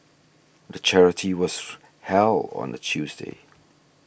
the charity was held on a Tuesday